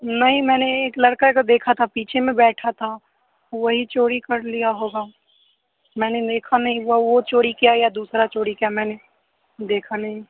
नहीं मैंने एक लड़का को देखा था पीछे में बैठा था वही चोरी कर लिया होगा मैंने देखा नहीं वो चोरी किया या दूसरा चोरी किया मैंने देखा नहीं